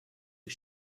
the